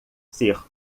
ser